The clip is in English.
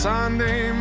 Sunday